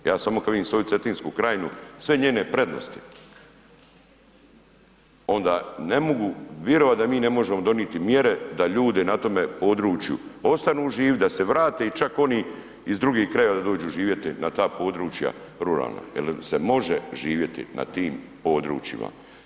Ja samo kada vidim svoju Cetinsku krajinu, sve njene prednosti onda ne mogu virovat da mi ne možemo doniti mjere da ljude na tome području ostanu živit, da se vrate i čak oni iz drugih krajeva da dođu živjeti na ta područja ruralna jel se može živjeti na tim područjima.